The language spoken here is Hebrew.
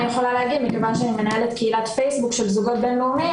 מכיוון שאני מנהלת קהילת פייסבוק של זוגות בינלאומיים,